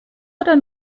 oder